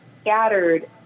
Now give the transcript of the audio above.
scattered